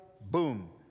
boom